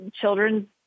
children